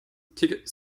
ticket